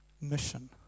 mission